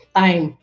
time